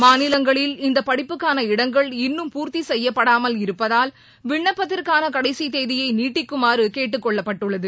மாநிலங்களில் இந்த படிப்புக்கான இடங்கள் இன்னும் பூர்த்தி செய்யப்படாமல் இருப்பதால் விண்ணப்பத்திற்கான கடைசி தேதியை நீட்டிக்குமாறு கேட்டுக் கொள்ளப்பட்டுள்ளது